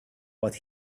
what